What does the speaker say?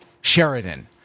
Sheridan